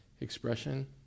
expression